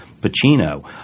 Pacino